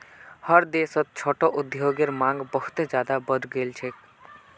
हर देशत छोटो उद्योगेर मांग बहुत ज्यादा बढ़ गेल छेक